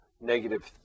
negative